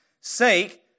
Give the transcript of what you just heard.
sake